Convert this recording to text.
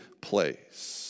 place